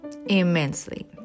Immensely